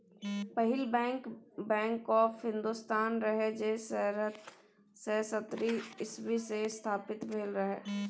पहिल bank, bank of Hindustan रहय जे सतरह सय सत्तरि इस्बी मे स्थापित भेल रहय